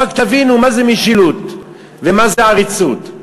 רק תבינו מה זה משילות ומה זה עריצות.